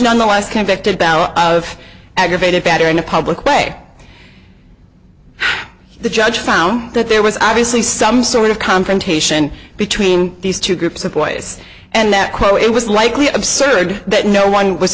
nonetheless convicted of aggravated battery in a public way the judge found that there was obviously some sort of confrontation between these two groups of boys and that oh it was likely absurd that no one was